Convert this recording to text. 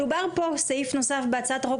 מדובר פה סעיף נוסף בהצעת החוק,